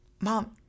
Mom